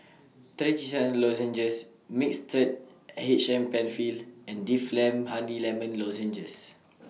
Trachisan Lozenges Mixtard H M PenFill and Difflam Honey Lemon Lozenges